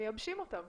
מייבשים אותם,